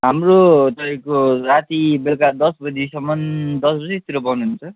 हाम्रो तपाईँको राति बेलुका दस बजीसम्म दस बजीतिर बन्द हुन्छ